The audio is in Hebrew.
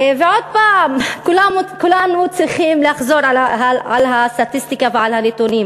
ועוד הפעם כולנו צריכים לחזור על הסטטיסטיקה ועל הנתונים: